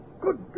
Good